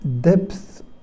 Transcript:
depth